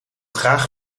graag